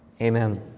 amen